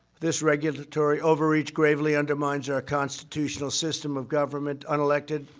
this regulatory overreach gravely undermines our constitutional system of government. unelected,